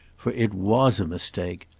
for it was a mistake.